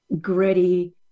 gritty